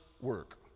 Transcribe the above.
work